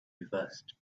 reversed